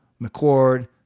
mccord